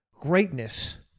greatness